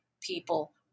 people